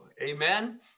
Amen